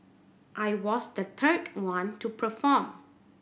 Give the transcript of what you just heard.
I was the third one to perform